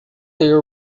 ter